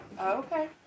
Okay